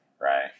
right